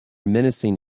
menacing